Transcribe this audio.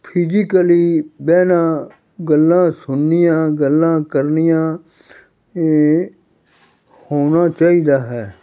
physically ਬਹਿਣਾ ਗੱਲਾਂ ਸੁਣਨੀਆਂ ਗੱਲਾਂ ਕਰਨੀਆਂ ਇਹ ਹੋਣਾ ਚਾਹੀਦਾ ਹੈ